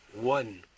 one